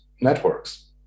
networks